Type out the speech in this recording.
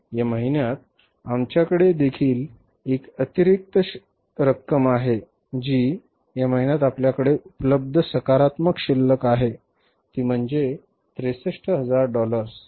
या महिन्यात आमच्याकडे देखील एक अतिरिक्त रक्कम आहे जी या महिन्यात आपल्याकडे उपलब्ध सकारात्मक शिल्लक आहे ती म्हणजे 63000 डॉलर्स